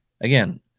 Again